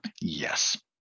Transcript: yes